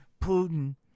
Putin